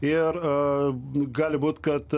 ir gali būt kad